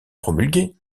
promulguée